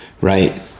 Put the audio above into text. right